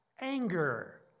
anger